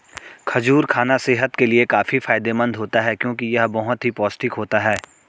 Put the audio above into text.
खजूर खाना सेहत के लिए काफी फायदेमंद होता है क्योंकि यह बहुत ही पौष्टिक होता है